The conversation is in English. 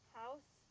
house